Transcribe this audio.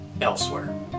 elsewhere